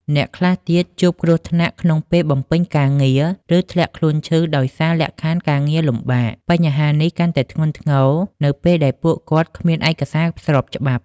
អ្នកខ្លះទៀតជួបគ្រោះថ្នាក់ក្នុងពេលបំពេញការងារ ឬធ្លាក់ខ្លួនឈឺដោយសារលក្ខខណ្ឌការងារលំបាក បញ្ហានេះកាន់តែធ្ងន់ធ្ងរនៅពេលដែលពួកគាត់គ្មានឯកសារស្របច្បាប់។